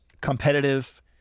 competitive